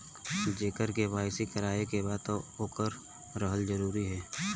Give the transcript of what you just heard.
जेकर के.वाइ.सी करवाएं के बा तब ओकर रहल जरूरी हे?